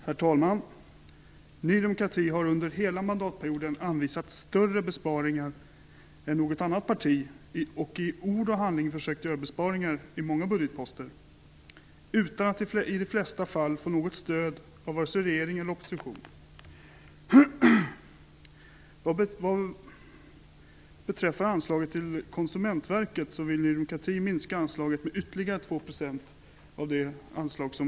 Herr talman! Ny demokrati har under hela mandatperioden anvisat större besparingar än något annat parti gjort. I ord och handling har vi försökt göra besparingar i fråga om många budgetposter. Detta har vi gjort utan att i flertalet fall få stöd av vare sig regering eller opposition. Beträffande anslaget till Konsumentverket vill vi i jämfört med regeringens förslag.